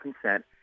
consent